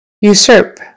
usurp